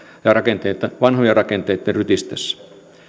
vanhojen rakenteitten rytistessä